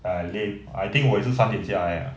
!aiya! lame I think 我也是三点驾来啊